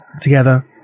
together